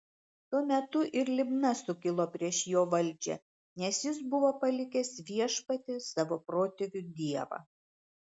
tuo metu ir libna sukilo prieš jo valdžią nes jis buvo palikęs viešpatį savo protėvių dievą